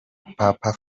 papa